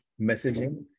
messaging